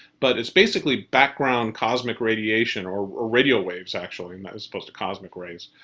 but it's basically background cosmic radiation. or or radio waves actually. as opposed to cosmic rays.